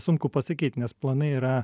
sunku pasakyt nes planai yra